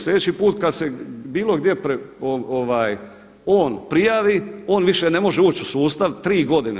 Slijedeći put kad se bilo gdje on prijavi on više ne može uči u sustav 3 godine.